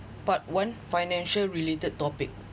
part one financial related topic